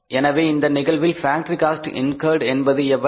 எனவே இந்த நிகழ்வில் ஃபேக்டரி காஸ்ட் இன்கர்ட் என்பது எவ்வளவு